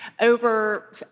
over